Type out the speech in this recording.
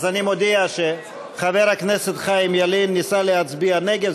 אז אני מודיע שחבר הכנסת חיים ילין ניסה להצביע נגד,